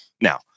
Now